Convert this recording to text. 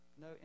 No